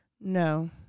No